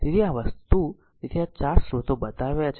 તેથી આ વસ્તુ તેથી આવા 4 સ્રોતો બતાવ્યા છે